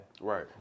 Right